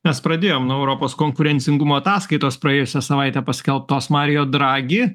mes pradėjom nuo europos konkurencingumo ataskaitos praėjusią savaitę paskelbtos mario dragi